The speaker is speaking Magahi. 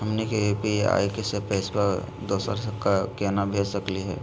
हमनी के यू.पी.आई स पैसवा दोसरा क केना भेज सकली हे?